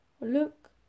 look